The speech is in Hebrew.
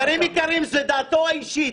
חברים יקרים, הרי ברור לי העניין.